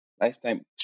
lifetime